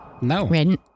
No